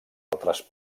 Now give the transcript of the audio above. altres